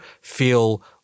feel